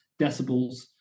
decibels